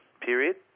period